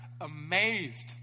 amazed